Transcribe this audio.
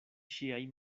ŝiaj